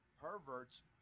perverts